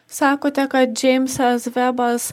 sakote kad džeimsas vebas